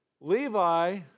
Levi